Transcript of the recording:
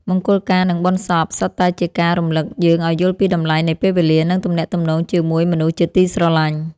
មង្គលការ និងបុណ្យសពសុទ្ធតែជាការរំលឹកយើងឱ្យយល់ពីតម្លៃនៃពេលវេលា និងទំនាក់ទំនងជាមួយមនុស្សជាទីស្រឡាញ់។